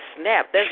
snap